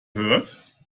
hurt